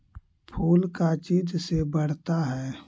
फूल का चीज से बढ़ता है?